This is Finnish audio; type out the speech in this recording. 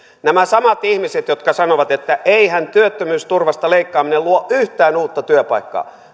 nämä samat ihmiset jotka sanovat että eihän työttömyysturvasta leikkaaminen luo yhtään uutta työpaikkaa